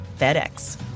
FedEx